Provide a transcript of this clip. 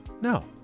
no